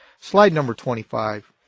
slide number twenty five